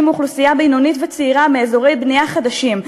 מאוכלוסייה בינונית וצעירה באזורי בנייה חדשים,